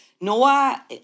Noah